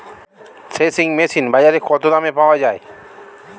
Threshing machine বাজারে কত দামে পাওয়া যায়?